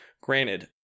Granted